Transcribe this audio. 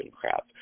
crap